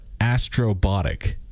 Astrobotic